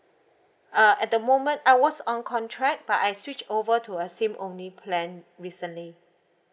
uh at the moment I was on contract but I switched over to a SIM only plan recently